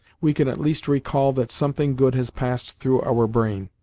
we can at least recall that something good has passed through our brain,